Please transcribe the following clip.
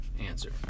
answer